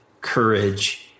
courage